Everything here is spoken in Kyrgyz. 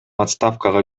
отставкага